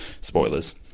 spoilers